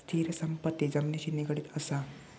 स्थिर संपत्ती जमिनिशी निगडीत असा